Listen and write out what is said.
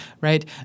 right